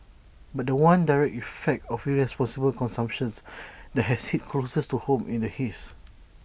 but The One direct effect of irresponsible consumption's that has hit closest to home in the haze